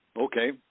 Okay